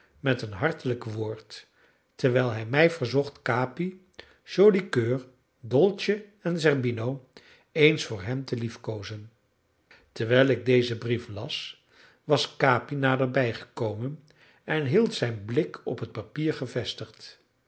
met een hartelijk woord terwijl hij mij verzocht capi joli coeur dolce en zerbino eens voor hem te liefkoozen terwijl ik dezen brief las was capi naderbij gekomen en hield zijn blik op het papier gevestigd